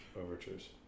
overtures